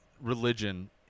religion